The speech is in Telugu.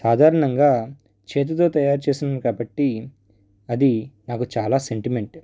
సాధారణంగా చేతితో తయారు చేసింది కాబట్టి అది నాకు చాలా సెంటిమెంట్